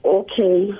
okay